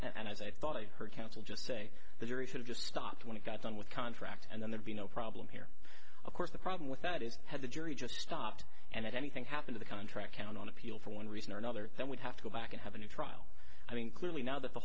and as i thought i heard counsel just say the jury should just stop when it got done with contract and then there'd be no problem here of course the problem with that is had the jury just stopped and had anything happen to the contract count on appeal for one reason or another then we'd have to go back and have a new trial i mean clearly now that the